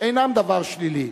אינם דבר שלילי,